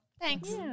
thanks